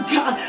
God